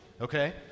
okay